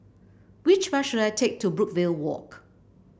which bus should I take to Brookvale Walk